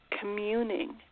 communing